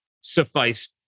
suffice